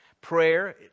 Prayer